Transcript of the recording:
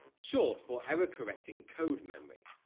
short for error-correcting code memory.